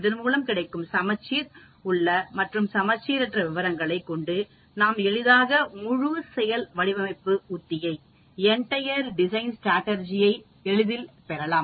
இதன் மூலம் கிடைக்கும் சமச்சீர் உள்ள மற்றும் சமச்சீரற்ற விவரங்களைக் கொண்டு நாம் எளிதாக ஒரு முழு செயல் வடிவமைப்பு உத்தியை பெறலாம்